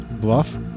bluff